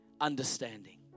understanding